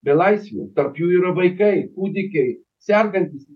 belaisvių tarp jų yra vaikai kūdikiai sergantys